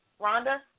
Rhonda